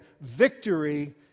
victory